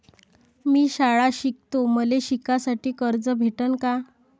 मी शाळा शिकतो, मले शिकासाठी कर्ज भेटन का?